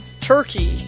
Turkey